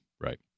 right